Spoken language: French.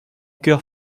cœur